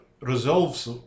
resolves